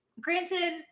granted